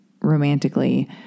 romantically